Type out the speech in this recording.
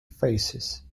faces